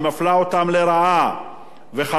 חבל שראש הממשלה לא נמצא כאן,